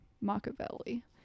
Machiavelli